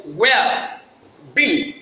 well-being